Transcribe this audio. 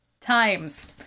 times